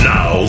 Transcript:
Now